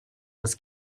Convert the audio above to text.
was